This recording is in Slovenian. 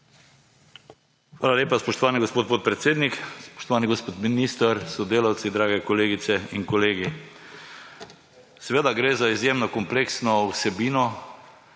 Hvala lepa, spoštovani gospod podpredsednik. Spoštovani gospod minister s sodelavci, drage kolegice in kolegi! Seveda gre za izjemno kompleksno vsebino,